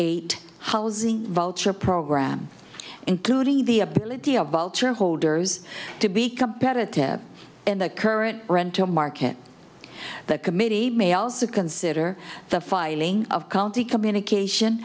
eight housing voucher program including the ability of vulture holders to be competitive in the current rental market the committee may also consider the filing of county communication